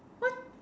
what